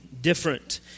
different